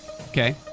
Okay